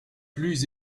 plus